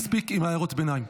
מספיק עם הערות הביניים.